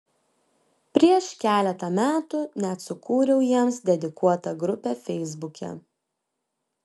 prieš keletą metų net sukūriau jiems dedikuotą grupę feisbuke